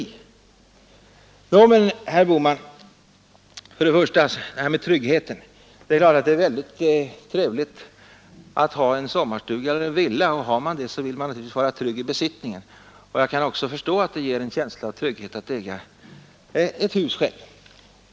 Detta framhålles också i er partimotion i riksplaneärendet. Vi tar först detta med tryggheten! Det är klart att det är trevligt att ha en sommarstuga eller en villa. Om man har en sådan, vill man naturligtvis vara trygg i sin besittning, och jag kan också förstå att det ger en känsla av trygghet att själv äga ett hus.